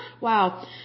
Wow